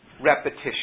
repetition